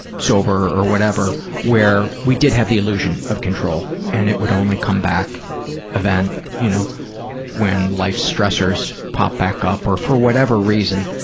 sober or whatever where we did have the illusion of control. and it would only come back even and you know when life's stressors pop back up or for whatever reason,